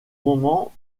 moment